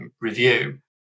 review